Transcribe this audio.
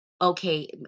Okay